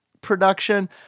production